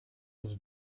was